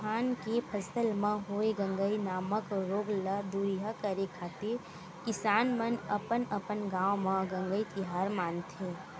धान के फसल म होय गंगई नामक रोग ल दूरिहा करे खातिर किसान मन अपन अपन गांव म गंगई तिहार मानथे